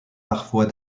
parfois